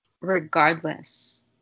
regardless